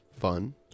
fun